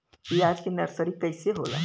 प्याज के नर्सरी कइसे होला?